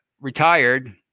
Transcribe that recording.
retired